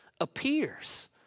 appears